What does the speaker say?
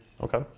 Okay